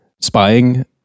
spying